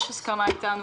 יש הסכמה איתנו,